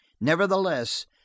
Nevertheless